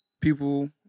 people